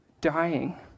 dying